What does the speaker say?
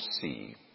see